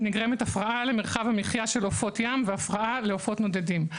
נגרמת הפרעה למרחב המחייה של עופות ים והפרעה לעופות נודדים.